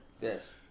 Yes